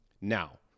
Now